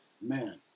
man